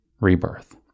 rebirth